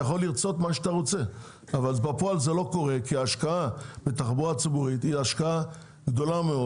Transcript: כי ההשקעה בתחבורה הציבורית היא השקעה גדולה מאוד